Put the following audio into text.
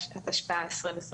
התשפ"א-2021